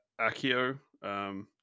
Akio